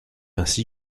ainsi